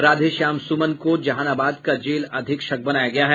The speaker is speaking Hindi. राधेश्याम सुमन को जहानाबाद का जेल अधीक्षक बनाया गया है